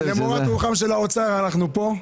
למורת רוחם של האוצר אנחנו פה.